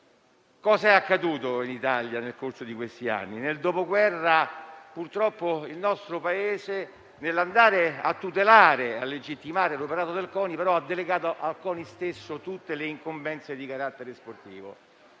Cos'è accaduto in Italia, nel corso di questi anni? Nel Dopoguerra, purtroppo, il nostro Paese, nell'intento di tutelare e legittimare l'operato del CONI, gli ha però delegato tutte le incombenze di carattere sportivo.